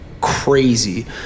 crazy